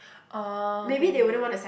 oh okay okay